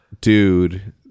dude